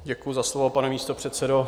Děkuji za slovo, pane místopředsedo.